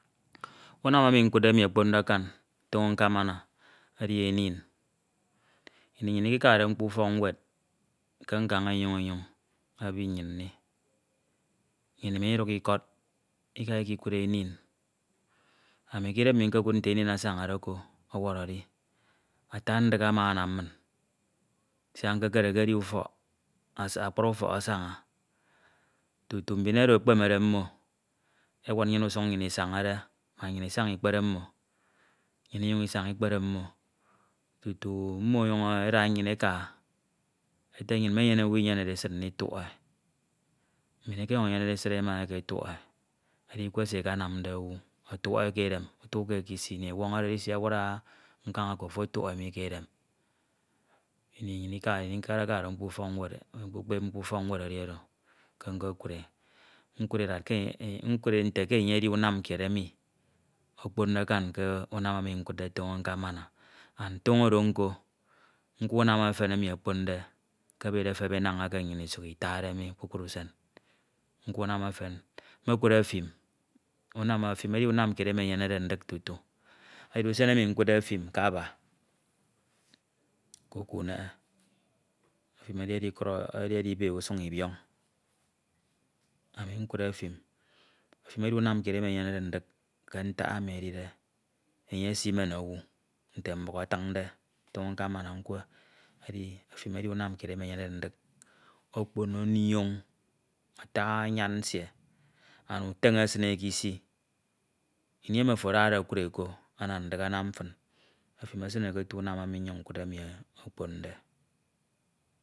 Unam emi nkudde emi okpknde akan toño nkamana edi enin. Ini nnyin ikikade mkpo ufọk ñwed ke nkañ enyoñ enyoñ ebi nnyin mi. Nnyin imiduk ikọd ika ikokud enin. Ami k'idem mmi nkud note enin asañade ko edi ata ndik amanam min siak nkekere ke edi ufọk akpri ufọk asaña tutu mbin oro ekpemede ewud nnyin usuñ nnyin isañade mak nnyin isaña ikpere mme nnyin inyuñ isaña ikpere mmo tutu mmo eda nnyin eka ete nnyin me enyene owu inyene esid ndifuk e, mbin ekenyuñ enyene esid ematuk e edi ikwe se e akanamde owu ọfuk e ke edem utuk ke k'isi ini ọnwọñọrede isi esie nkañ oko afo ọtuk e mi ke edem ini nnyin nkakade ukpep nkokud nkud datke nkud ente ke enye edi unam kied emi okponde akan ke unam emj nkudde toño nkamana andunam oro nko nkwe unam efen emi okponde keside efep enañ eke nnyin isuk etade mi kpukpru usen. Mmekud efim, efim edi unam kied emi enyene ndik eti eti edi usen emi nkudde efim ke aba efim edi edibe usuñ ibieñ ami nkud efim efim edi unam kied emi enyenede ndik ke ntak emi edide enye osimen owu nte mbuk atiñde toño nkamana nkwe edi efim edj unam kied emi enyenede ndik eti eti anduteñe esinee k'isi ini emi ofo adade okud ke, ana ndik Anam fin. Efim esine k'otu unam emi nnyin nkudde emi okponde.